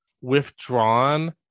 withdrawn